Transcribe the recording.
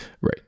Right